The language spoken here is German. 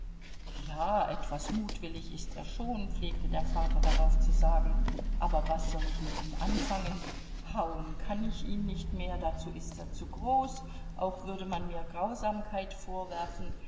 ja etwas mutwillig ist er schon pflegte der vater darauf zu sagen aber was soll ich mit ihm anfangen hauen kann ich ihn nicht mehr dazu ist er zu groß auch würde man mir grausamkeit vorwerfen